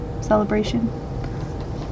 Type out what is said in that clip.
celebration